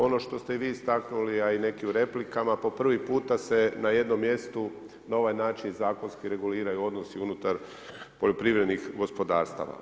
Ono što ste vi istaknuli, a i neki u replikama po prvi puta se na jednom mjestu na ovaj način zakonski reguliraju odnosi unutar poljoprivrednih gospodarstava.